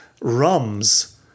rums